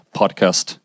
podcast